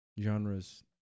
genres